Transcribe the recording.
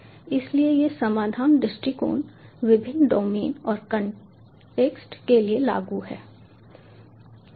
इसलिए यह समाधान दृष्टिकोण विभिन्न डोमेन और कॉन्टेक्स्ट के लिए लागू है